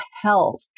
health